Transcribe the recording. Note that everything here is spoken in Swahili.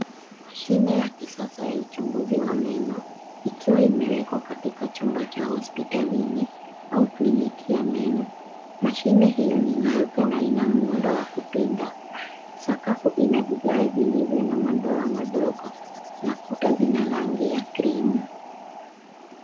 Mashine ya kisasa ya uchunguzi wa meno, ikiwa imewekwa katika chumba cha hospitalini au kliniki ya meno. Mashine hio ni nyeupe na ina muundo wa kupinda. Sakafu ina vigae vilivyo na madoa madogo, na kuta zina rangi ya krimu.